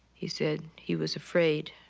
he said he was afraid